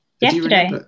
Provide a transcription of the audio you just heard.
yesterday